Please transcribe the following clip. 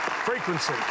Frequency